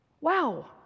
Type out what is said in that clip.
Wow